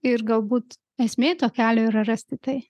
ir galbūt esmė to kelio yra rasti tai